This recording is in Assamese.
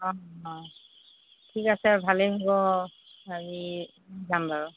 অঁ অঁ ঠিক আছে ভালেই হ'ব হেৰি যাম বাৰু